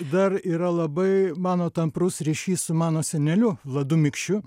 dar yra labai mano tamprus ryšys su mano seneliu vladu mikšiu